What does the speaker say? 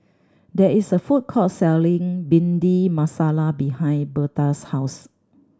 there is a food court selling Bhindi Masala behind Berta's house